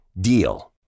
DEAL